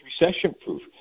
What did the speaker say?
recession-proof